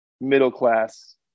middle-class